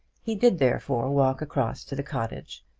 he did, therefore, walk across to the cottage,